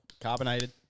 carbonated